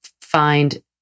find